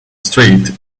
straight